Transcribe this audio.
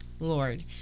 Lord